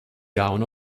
gown